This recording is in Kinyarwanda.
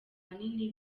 ahanini